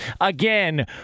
Again